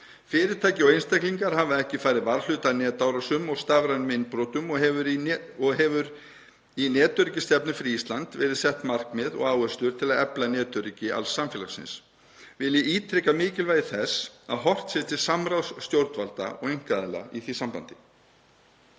Fyrirtæki og einstaklingar hafa ekki farið varhluta af netárásum og stafrænum innbrotum og hafa í netöryggisstefnu fyrir Ísland verið sett markmið og áherslur til að efla netöryggi alls samfélagsins. Vil ég ítreka mikilvægi þess að horft sé til samráðs stjórnvalda og einkaaðila í því sambandi.